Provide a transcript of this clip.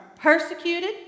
persecuted